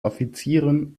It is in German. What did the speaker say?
offizieren